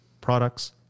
products